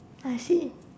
I see